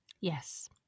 Yes